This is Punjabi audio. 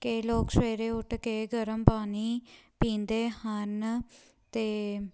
ਕਈ ਲੋਕ ਸਵੇਰੇ ਉੱਠ ਕੇ ਗਰਮ ਪਾਣੀ ਪੀਂਦੇ ਹਨ ਅਤੇ